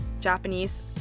Japanese